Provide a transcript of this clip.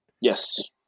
Yes